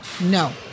No